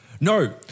no